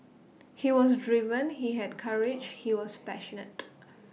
he was driven he had courage he was passionate